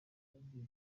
hagiye